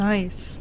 Nice